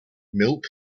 milk